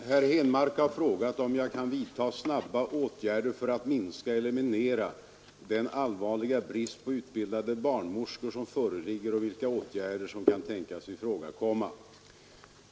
Herr talman! Herr Henmark har frågat om jag kan vidta snabba åtgärder för att minska eller eliminera den allvarliga brist på utbildade barnmorskor som föreligger och vilka åtgärder som kan tänkas ifrågakomma.